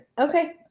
okay